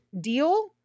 deal